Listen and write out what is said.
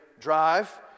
Drive